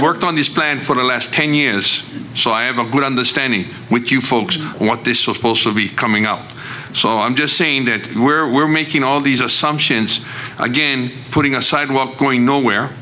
worked on this plan for the last ten years so i have a good understanding with you folks what this was supposed to be coming up so i'm just saying that we're we're making all these assumptions again putting a sidewalk going nowhere